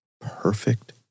perfect